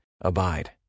Abide